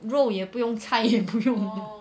肉也不用菜也不用